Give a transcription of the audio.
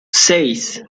seis